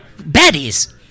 baddies